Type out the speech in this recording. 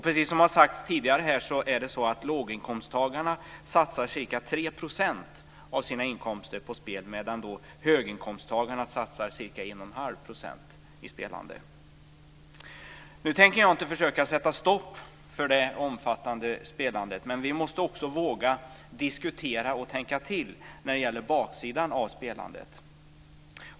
Precis som har sagts här tidigare satsar låginkomsttagarna ca 3 % av sina inkomster på spel medan höginkomsttagarna satsar ca 1,5 %. Nu tänker jag inte försöka sätta stopp för det omfattande spelandet, men vi måste våga diskutera och tänka till när det gäller baksidan av spelandet.